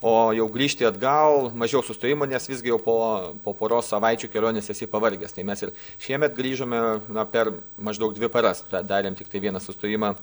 o jau grįžti atgal mažiau sustojimų nes visgi jau po po poros savaičių kelionės esi pavargęs tai mes ir šiemet grįžome na per maždaug dvi paras tą darėm tiktai vieną sustojimą